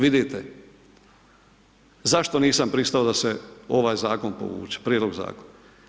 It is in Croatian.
Vidite, zašto nisam pristao da se ovaj zakon povuče, prijedlog zakona?